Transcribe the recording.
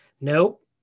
Nope